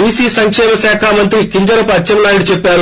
BC సంకేమ శాఖ మంత్రి కింజరాపు అచ్చేస్పాయుడు చెప్పారు